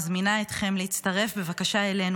מזמינה אתכם להצטרף בבקשה אלינו,